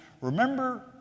remember